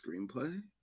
screenplay